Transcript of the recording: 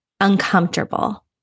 uncomfortable